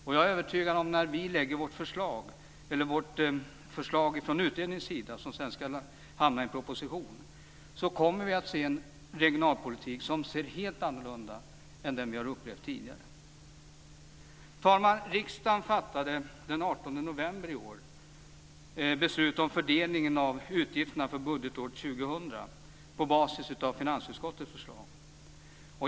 Och jag är övertygad om att när utredningen lägger fram sitt förslag som sedan ska leda till en proposition kommer man att se en regionalpolitik som ser helt annorlunda ut än den som vi har upplevt tidigare. Herr talman! Riksdagen fattade den 18 november i år beslut om fördelningen av utgifterna för budgetåret 2000 på basis av finansutskottets förslag.